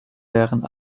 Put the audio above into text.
wären